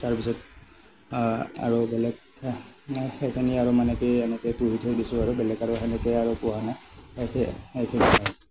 তাৰপিছত আৰু বেলেগ সেইখিনিয়েই আৰু মানে কি এনেকে পোহি থৈ দিছোঁ আৰু বেলেগ আৰু সেনেকে আৰু পোহা নাই সেইয়াই সেইখিনিয়েই আৰু